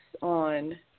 on